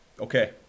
Okay